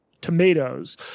tomatoes